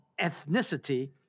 ethnicity